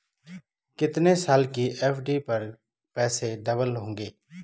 कितने साल की एफ.डी पर पैसे डबल होंगे?